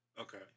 Okay